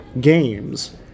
games